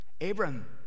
Abram